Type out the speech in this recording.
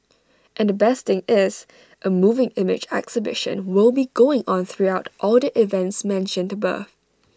and the best thing is A moving image exhibition will be going on throughout all the events mentioned above